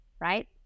right